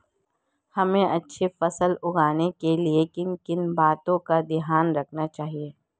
हमें अच्छी फसल उगाने में किन किन बातों का ध्यान रखना चाहिए?